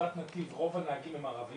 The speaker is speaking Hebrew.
בחברת נתיב רוב הנהגים הם ערבים,